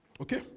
Okay